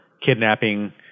kidnapping